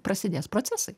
prasidės procesai